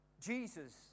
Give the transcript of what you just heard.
Jesus